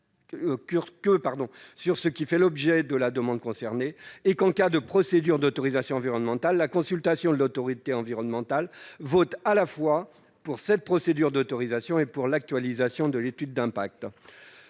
portent que sur l'objet de la demande concernée et, en cas de procédure d'autorisation environnementale, la consultation de l'autorité environnementale vaut à la fois pour cette procédure d'autorisation et pour l'actualisation de l'étude d'impact.